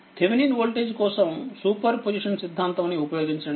Thevenin voltage కోసం superposition సిద్ధాంతం ని ఉపయోగించండి